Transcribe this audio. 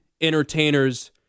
entertainers